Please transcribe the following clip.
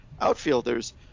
outfielders